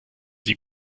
sie